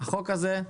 בחוק הזה,